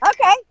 Okay